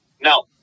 No